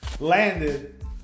Landed